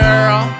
Girl